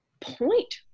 point